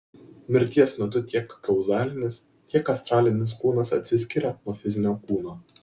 mirties metu tiek kauzalinis tiek astralinis kūnas atsiskiria nuo fizinio kūno